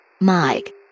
Mike